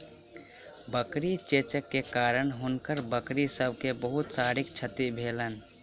बकरी चेचक के कारण हुनकर बकरी सभक बहुत शारीरिक क्षति भेलैन